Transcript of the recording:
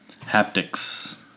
Haptics